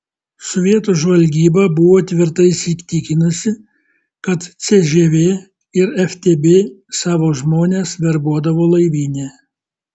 sovietų žvalgyba buvo tvirtai įsitikinusi kad cžv ir ftb savo žmones verbuodavo laivyne